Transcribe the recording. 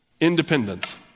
independence